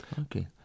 okay